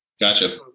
Gotcha